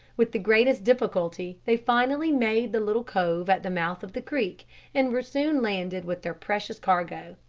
with the greatest difficulty they finally made the little cove at the mouth of the creek and were soon landed with their precious cargo.